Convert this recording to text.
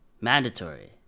mandatory